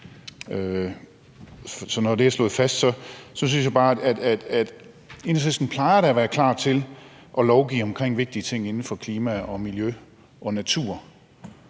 Så når det er slået fast, synes jeg bare, jeg vil sige, at Enhedslisten da plejer at være klar til at lovgive omkring vigtige ting inden for klima, miljø og natur.